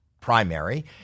primary